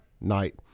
night